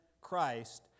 Christ